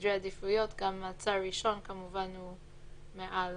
שבסדרי עדיפויות גם מעצר ראשון, כמובן, הוא מעל